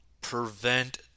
prevent